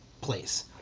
place